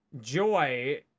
joy